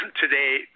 today